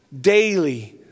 daily